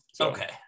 Okay